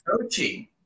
coaching